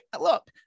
look